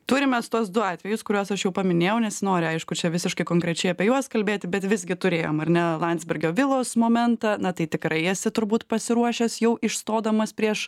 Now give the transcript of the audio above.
turim mes tuos du atvejus kuriuos aš jau paminėjau nesinori aišku čia visiškai konkrečiai apie juos kalbėti bet visgi turėjom ar ne landsbergio vilos momentą na tai tikrai esi turbūt pasiruošęs jau išstodamas prieš